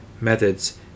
methods